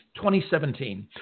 2017